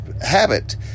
habit